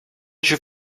she